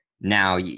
now